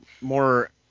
more